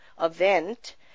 event